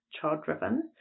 child-driven